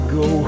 go